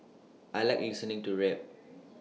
I Like listening to rap